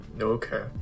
Okay